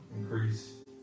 increase